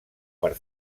per